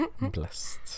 blessed